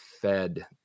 fed